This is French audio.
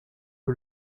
que